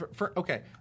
Okay